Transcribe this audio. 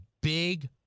big